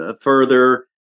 further